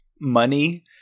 money